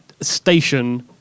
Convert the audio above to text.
station